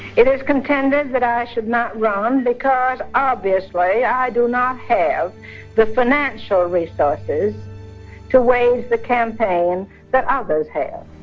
it is contended that i should not run because, obviously, i do not have the financial resources to wage the campaign that others have.